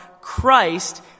Christ